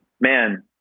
man